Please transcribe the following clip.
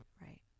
right